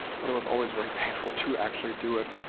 but it was always very painful to actually do it,